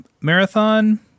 marathon